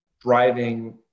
driving